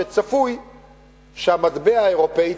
שצפוי שהמטבע האירופי,